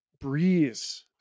breeze